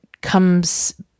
comes